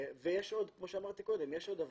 ויש פה את נציג האוצר שנתן את התקנים